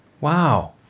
Wow